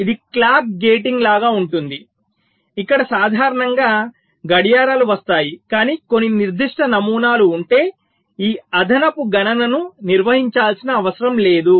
ఇది clock gating లాగా ఉంటుంది ఇక్కడ సాధారణంగా గడియారాలు వస్తాయి కానీ కొన్ని నిర్దిష్ట నమూనాలు ఉంటే ఈ అదనపు గణనను నిర్వహించాల్సిన అవసరం లేదు